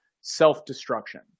self-destruction